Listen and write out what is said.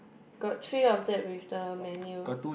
got three of that with the menu